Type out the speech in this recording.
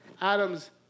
Adam's